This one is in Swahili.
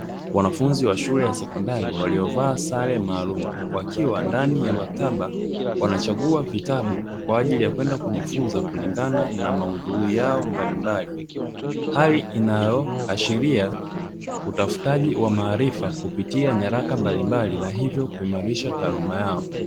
Wanafunzi wa shule ya sekondari waliovaa sare maalum, wakiwa ndani ya maktaba wanachagua vitabu kwa ajili ya kwenda kujifunza kulingana na maudhui yao mbalimbali, hali inayoashiria utafutaji wa maarifa kupitia nyaraka mbalimbali na hivyo kuimarisha taaluma yao.